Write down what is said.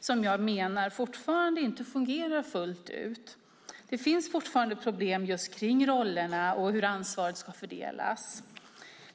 som jag menar fortfarande inte fungerar fullt ut. Det finns fortfarande problem kring hur rollerna och ansvaret ska fördelas.